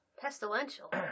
Pestilential